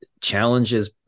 challenges